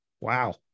Wow